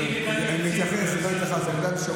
אבל לא התייחסתי ליהודה ושומרון,